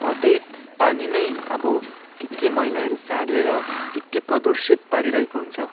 त्यही पानीमै अब के के मैलाहरू फालेर के के प्रदूर्षित पारिरहेको हुन्छ